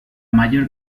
mayor